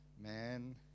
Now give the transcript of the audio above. man